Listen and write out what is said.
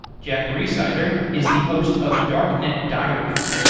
jack rhysider is the host of darknet diaries,